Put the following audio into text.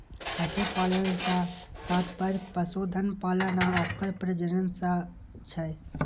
पशुपालन सं तात्पर्य पशुधन पालन आ ओकर प्रजनन सं छै